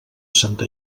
santa